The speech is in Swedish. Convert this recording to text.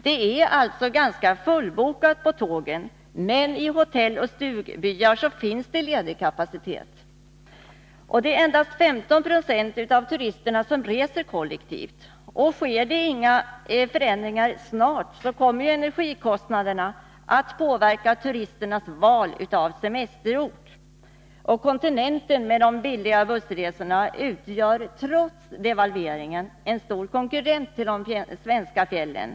Det är alltså ganska fullbokat på tågen. Men på hotell och i stugbyar finns det ledig kapacitet. Endast 15 20 av turisterna reser kollektivt. Sker det inga förändringar snart, kommer energikostnaderna att påverka turisternas val av semesterort. Kontinenten och de billiga bussresorna dit utgör trots devalveringen en stor konkurrent till de svenska fjällen.